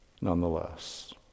nonetheless